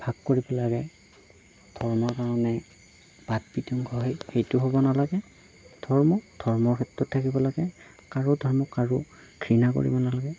ভাগ কৰিব লাগে ধৰ্মৰ কাৰণে বাত বিতংগ হয় সেইটো হ'ব নালাগে ধৰ্মক ধৰ্মৰ ক্ষেত্ৰত থাকিব লাগে কাৰো ধৰ্মক কাৰো ঘৃণা কৰিব নালাগে